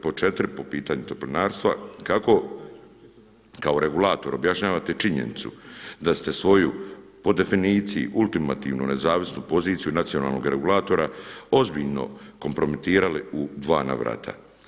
Pod četiri po pitanju toplinarstva kako kao regulator objašnjavate činjenicu da ste svoju po definiciji ultimativnu nezavisnu poziciju nacionalnog regulatora ozbiljno kompromitirali u dva navrata.